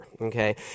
okay